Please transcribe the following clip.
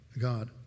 God